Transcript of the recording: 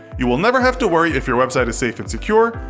you will never have to worry if your website is safe and secure,